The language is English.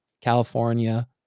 california